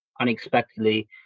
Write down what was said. unexpectedly